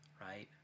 right